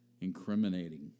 incriminating